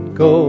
go